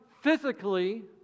physically